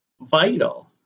vital